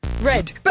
Red